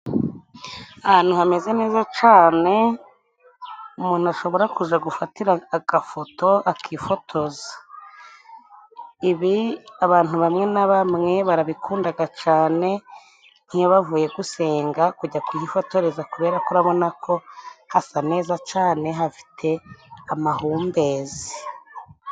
Ahantu hameze neza cane umuntu ashobora kuza gufatira agafoto akifotoza; ibi abantu bamwe na bamwe barabikundaga cane, iyo bavuye gusenga kujya kuhifotoreza, kubera ko urabona ko hasa neza cane hafite amahumbezi.